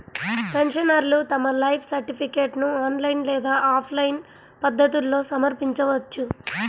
పెన్షనర్లు తమ లైఫ్ సర్టిఫికేట్ను ఆన్లైన్ లేదా ఆఫ్లైన్ పద్ధతుల్లో సమర్పించవచ్చు